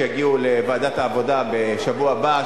שיגיעו לוועדת העבודה בשבוע הבא,